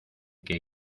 que